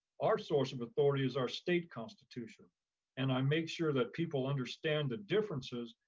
our source of authority is our state constitution and i make sure that people understand the differences,